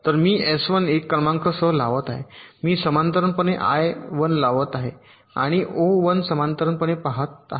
तर मी एस 1 क्रमांकासह लावत आहे मी समांतरपणे आय 1 लावत आहे आणि ओ 1 समांतरपणे पाहत आहे